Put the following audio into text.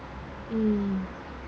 mm